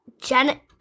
Janet